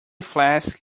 flask